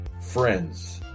friends